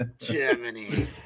Germany